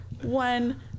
One